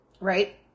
right